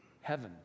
heaven